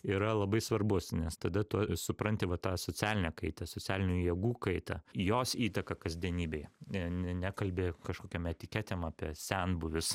yra labai svarbus nes tada tu supranti va tą socialinę kaitą socialinių jėgų kaitą jos įtaką kasdienybei i n ne nekalbi kažkokiom etiketėm apie senbuvius